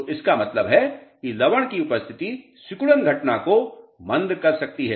तो इसका मतलब है कि लवण की उपस्थिति सिकुड़न घटना को मंद कर सकती है